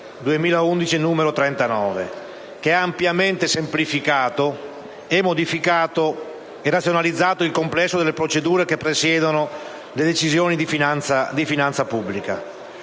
7 aprile 2011, n. 39, che ha ampiamente semplificato e razionalizzato il complesso delle procedure che presiedono le decisioni di finanza pubblica.